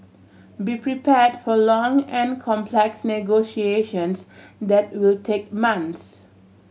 be prepared for long and complex negotiations that will take months